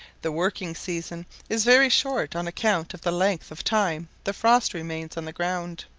the working season is very short on account of the length of time the frost remains on the ground.